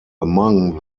among